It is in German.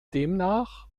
demnach